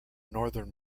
northern